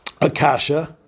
Akasha